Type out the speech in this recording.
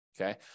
Okay